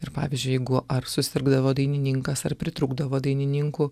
ir pavyzdžiui jeigu ar susirgdavo dainininkas ar pritrūkdavo dainininkų